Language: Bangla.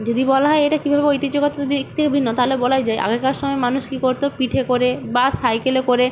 যদি বলা হয় এটা কীভাবে ঐতিহ্যগত দিক থেকে ভিন্ন তাহলে বলা যায় আগেকার সময়ে মানুষ কী করত পিঠে করে বা সাইকেলে করে